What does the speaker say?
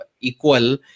equal